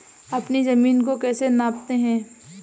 अपनी जमीन को कैसे नापते हैं?